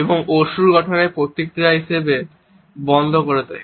এবং অশ্রু গঠনের প্রতিক্রিয়া হিসাবে বন্ধ করে দেয়